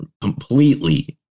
completely